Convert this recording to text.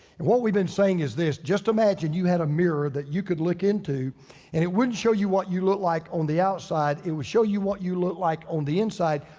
and what we've been saying is this, just imagine you had a mirror that you could look into. and it wouldn't show you what you look like on the outside, it would show you what you look like on the inside,